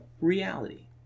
reality